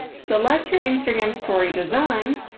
select your instagram story design,